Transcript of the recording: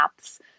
apps